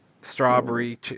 strawberry